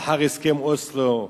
לאחר הסכם אוסלו,